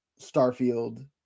Starfield